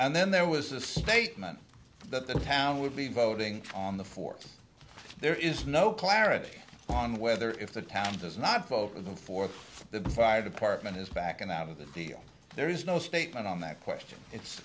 and then there was a statement that the town would be voting on the four there is no clarity on whether if the town does not focus before the fire department is backing out of the field there is no statement on that question it's